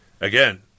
Again